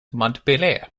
montpellier